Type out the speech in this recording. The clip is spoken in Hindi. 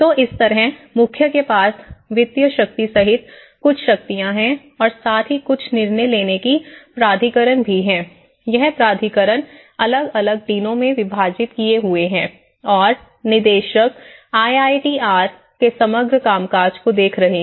तो इस तरह मुख्य के पास वित्तीय शक्ति सहित कुछ शक्तियां हैं और साथ ही कुछ निर्णय लेने वाले प्राधिकरण भी है यह प्राधिकरण अलग अलग डीनों में विभाजित किए हुए हैं और निदेशक आई आई टी आर के समग्र कामकाज को देख रहा है